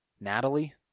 Natalie